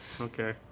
Okay